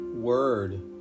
word